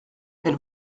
elle